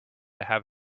have